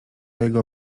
jego